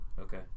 Okay